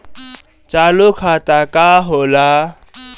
चालू खाता का होला?